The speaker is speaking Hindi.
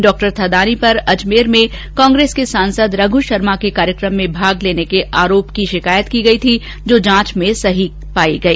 डॉ थदानी पर अजमेर में कांग्रेस के सांसद रघू शर्मा के कार्यक्रम में भाग लने के आरोप में शिकायत की थी जो जांच में सही पाई गई